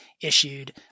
issued